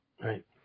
Right